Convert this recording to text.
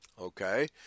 Okay